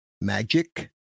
magic